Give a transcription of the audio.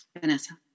Vanessa